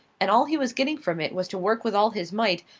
and all he was getting from it was to work with all his might,